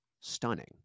Stunning